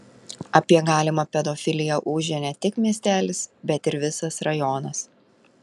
apie galimą pedofiliją ūžė ne tik miestelis bet ir visas rajonas